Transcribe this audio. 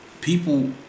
people